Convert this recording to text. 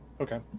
Okay